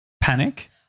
panic